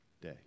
day